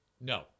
No